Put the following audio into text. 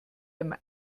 einem